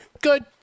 Good